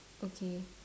okay